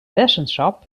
bessensap